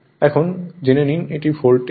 এবং জেনে নিন এটি ভোল্ট এ হয়